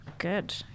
Good